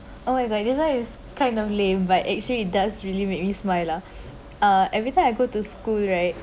oh my god this one is kind of lame but actually it does really make me smile lah uh every time I go to school right